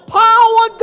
power